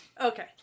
Okay